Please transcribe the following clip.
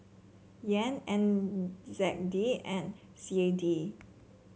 Yen N Z D and C A D